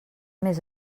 més